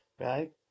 right